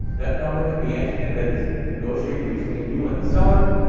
that number can be anything that is negotiated between you and the seller.